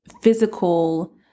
physical